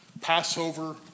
Passover